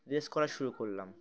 race করা শুরু করলাম